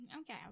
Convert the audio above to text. Okay